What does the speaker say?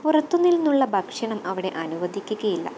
പുറത്തുനിന്നുള്ള ഭക്ഷണം അവിടെ അനുവദിക്കുകയില്ല